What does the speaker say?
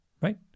right